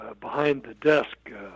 behind-the-desk